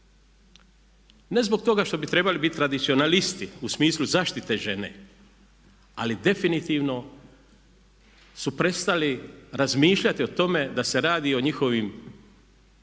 Ne zbog toga što bi trebali biti tradicionalisti u smislu zaštite žene ali definitivno su prestali razmišljati o tome da se radi o njihovim ako